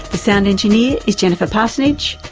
the sound engineer is jennifer parsonage,